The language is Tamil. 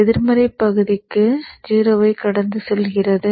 எதிர்மறை பகுதிக்கு 0 ஐ கடந்து செல்கிறது